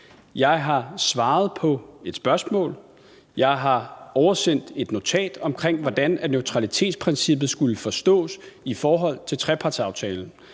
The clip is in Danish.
Jeg har svaret på et spørgsmål. Jeg har oversendt et notat omkring, hvordan neutralitetsprincippet skulle forstås i forhold til trepartsaftalen.